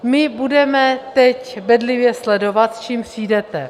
My budeme teď bedlivě sledovat, s čím přijdete.